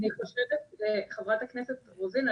חברת הכנסת רוזין,